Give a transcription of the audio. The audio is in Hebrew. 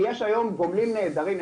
כי יש היום גומלים נהדרים,